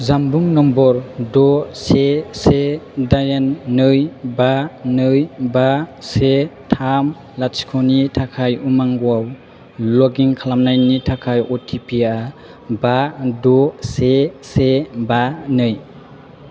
जानबुं नम्बर द' से से दाइन नै बा नै बा से थाम लाथिख'नि थाखाय उमांगआव लग इन खालामनायनि थाखाय अटिपिआ बा द' से से बा नै